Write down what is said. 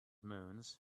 moons